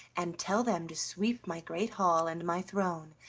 and tell them to sweep my great hall and my throne,